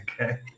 okay